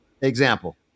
example